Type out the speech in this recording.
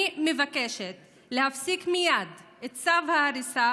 אני מבקשת להפסיק מייד את צו ההריסה